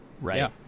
right